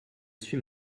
suis